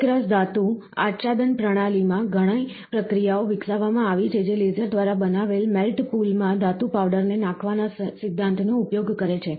એકરસ ધાતુ આચ્છાદન પ્રણાલી માં ઘણી પ્રક્રિયાઓ વિકસાવવામાં આવી છે જે લેસર દ્વારા બનાવેલા મેલ્ટ પૂલ માં ધાતુ પાવડર ને નાખવાના સિદ્ધાંતનો ઉપયોગ કરે છે